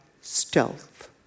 stealth